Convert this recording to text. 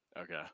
Okay